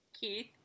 Keith